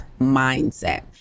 mindset